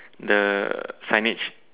the signage